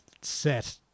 set